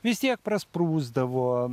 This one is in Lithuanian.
vis tiek prasprūsdavo